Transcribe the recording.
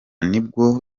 nibwo